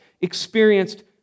experienced